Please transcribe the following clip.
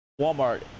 Walmart